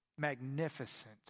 Magnificent